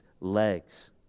legs